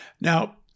Now